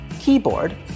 Keyboard